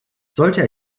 sollte